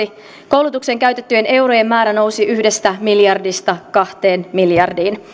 koulutukseen käytettyjen eurojen määrä nousi yhdestä miljardista kahteen miljardiin